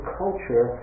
culture